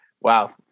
wow